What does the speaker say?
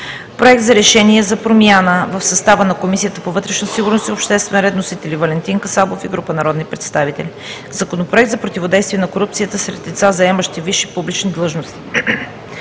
Проект за решение за промяна в състава на Комисията по вътрешна сигурност и обществен ред. Вносители – Валентин Касабов и група народни представители. Законопроект за противодействие на корупцията сред лица, заемащи висши публични длъжности.